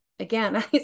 Again